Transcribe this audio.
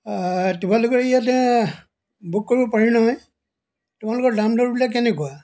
তোমালোকৰ ইয়াতে বুক কৰিব পাৰি নহয় তোমালোকৰ দাম দৰবিলাক কেনেকুৱা